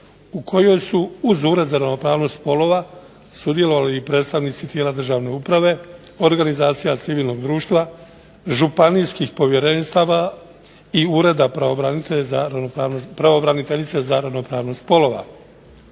u kojoj su uz Ured za ravnopravnost spolova sudjelovali i predstavnici tijela državne uprave, organizacija civilnog društva, županijskih povjerenstava i Ureda pravobraniteljice za ravnopravnost spolova.